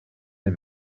les